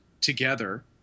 together